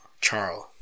Charles